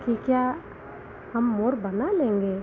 कि क्या हम मोर बना लेंगे